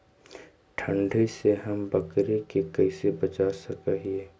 ठंडी से हम बकरी के कैसे बचा सक हिय?